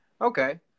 Okay